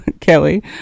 kelly